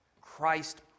Christ